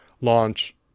launch